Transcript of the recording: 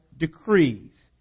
decrees